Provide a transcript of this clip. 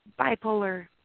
bipolar